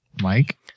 Mike